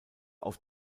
auf